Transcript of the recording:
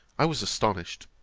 i was astonished,